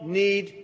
need